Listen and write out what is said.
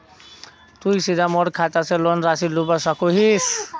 तुई सीधे मोर खाता से लोन राशि लुबा सकोहिस?